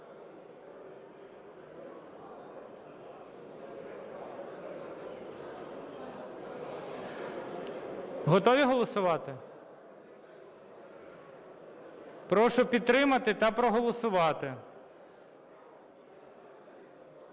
Готові голосувати? Прошу підтримати та проголосувати.